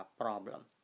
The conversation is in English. problem